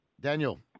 Daniel